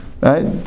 Right